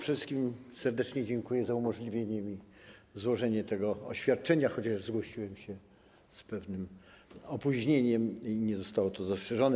Przede wszystkim serdecznie dziękuję za umożliwienie mi złożenia tego oświadczenia, chociaż zgłosiłem się z pewnym opóźnieniem i nie zostało to dostrzeżone.